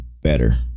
better